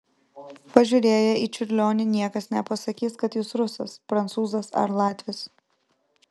pažiūrėję į čiurlionį niekas nepasakys kad jis rusas prancūzas ar latvis